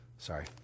Sorry